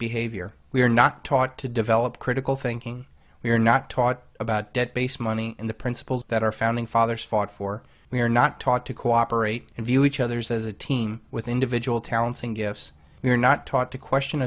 behavior we are not taught to develop critical thinking we are not taught about debt based money and the principles that our founding fathers fought for we are not taught to cooperate and view each others as a team with individual talents and gifts we are not taught to question